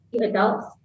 adults